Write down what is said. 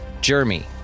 Jeremy